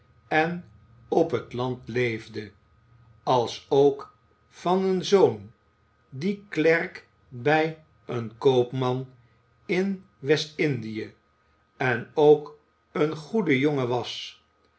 en op het land leefde alsook van een zoon die klerk bij een koopman in w e s t-i n d i ë en ook een goede jongen was